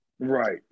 Right